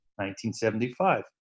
1975